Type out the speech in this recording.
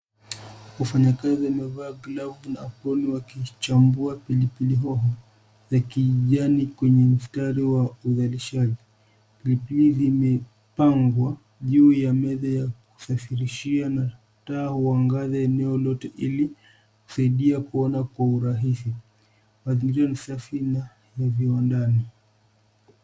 Wafanyakazi wamevaa glavu na aproni wakichambua pilipilihoho ya kijani kwenye msatri wa uzalishaji. Pilipili zimepangwa juu ya meza ya kusafirishia na taa huangaza eneo lote ili kusaidia kuona kwa urahisi. MAzingira ni safi na ya viwandani.